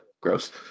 Gross